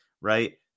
right